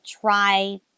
try